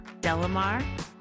Delamar